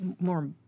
more